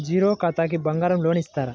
Zero ఖాతాకి బంగారం loan ఇస్తారా?